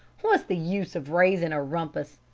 what's the use of raising a rumpus?